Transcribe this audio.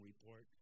report